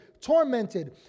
tormented